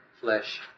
flesh